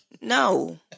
no